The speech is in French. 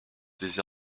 des